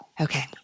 Okay